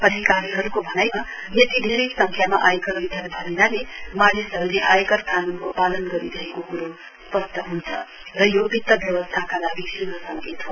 अधिकारीहरुको भनाइमा यति धेरै संख्यामा आयकर रिटर्न भरिनाले मानिसहरुले आयकर कानूनको पालन गरिरहेको कुरो स्पस्ट हुन्छ र यो वित व्यवस्थाका लागि श्भ संकेत हो